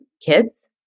kids